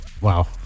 wow